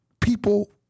People